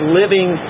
living